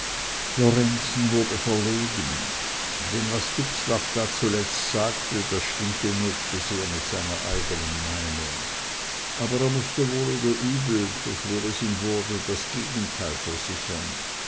lorenzen wurde verlegen denn was dubslav da zuletzt sagte das stimmte nur zu sehr mit seiner eignen meinung aber er mußte wohl oder übel so schwer es ihm wurde das gegenteil versichern